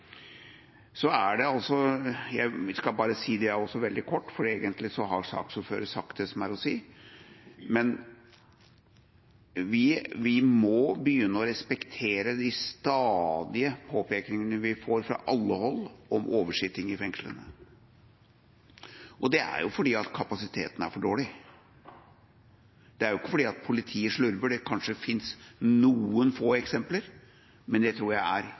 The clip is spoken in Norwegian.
Så må vi også – jeg skal bare si det også veldig kort, for egentlig har saksordføreren sagt det som er å si – begynne å respektere de stadige påpekningene vi får fra alle hold om oversitting i fengslene. Det er jo fordi kapasiteten er for dårlig. Det er ikke fordi politiet slurver – det fins kanskje noen få eksempler, men det tror jeg er